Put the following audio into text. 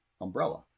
Umbrella